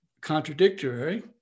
contradictory